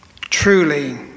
truly